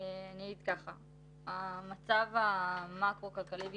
המצב המקרו-כלכלי בישראל,